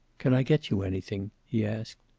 can i get you anything? he asked.